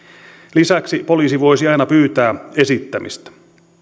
lisäksi poliisi voisi aina pyytää esittämistä